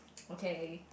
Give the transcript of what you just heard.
okay